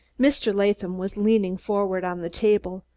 mr. latham was leaning forward on the table,